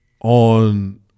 on